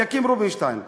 אליקים רובינשטיין.